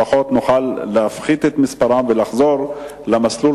לפחות נוכל להפחית את מספרן ולחזור למסלול